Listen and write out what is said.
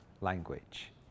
language